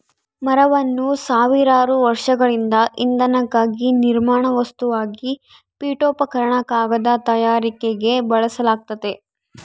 ಮರವನ್ನು ಸಾವಿರಾರು ವರ್ಷಗಳಿಂದ ಇಂಧನಕ್ಕಾಗಿ ನಿರ್ಮಾಣ ವಸ್ತುವಾಗಿ ಪೀಠೋಪಕರಣ ಕಾಗದ ತಯಾರಿಕೆಗೆ ಬಳಸಲಾಗ್ತತೆ